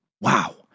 Wow